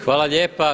Hvala lijepa.